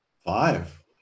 Five